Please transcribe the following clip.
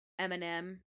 Eminem